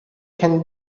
can